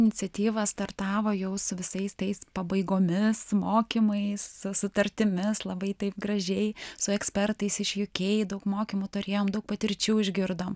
iniciatyva startavo jau su visais tais pabaigomis mokymais sutartimis labai taip gražiai su ekspertais iš uk daug mokymų turėjom daug patirčių išgirdom